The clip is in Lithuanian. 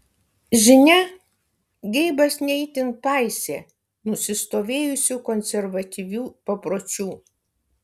žinia geibas ne itin paisė nusistovėjusių konservatyvių papročių